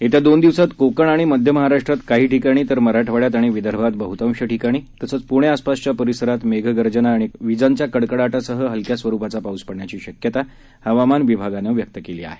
येत्या दोन दिवसात कोकण आणि मध्य महाराष्ट्रात काही ठिकाणी तर मराठवाड्यात आणि विदर्भात बहुतांश ठिकाणी तसंच पुणे आसपासच्या परिसरात मेघगर्जना आणि कडकडाटासह हलक्या स्वरुपाचा पाऊस पडण्याची शक्यता हवामान विभागानं व्यक्त केली आहे